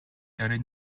early